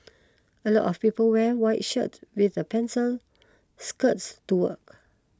a lot of people wear white shirts with a pencil skirt to work